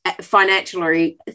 financially